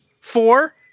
four